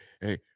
Hey